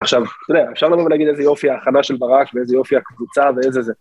עכשיו, אתה יודע, אפשר לנו גם להגיד איזה יופי ההכנה של בראש ואיזה יופי הקבוצה ואיזה זה.